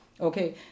Okay